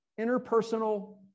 interpersonal